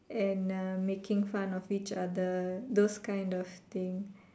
and uh making fun of each other those kind of thing